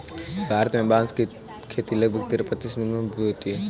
भारत में बाँस की खेती लगभग तेरह प्रतिशत वनभूमि में होती है